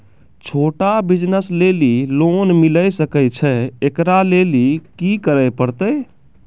छोटा बिज़नस लेली लोन मिले सकय छै? एकरा लेली की करै परतै